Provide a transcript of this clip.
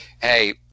hey